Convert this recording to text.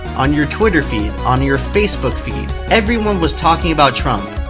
on your twitter feed, on your facebook feed. everyone was talking about trump.